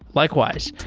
likewise.